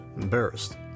embarrassed